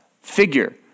figure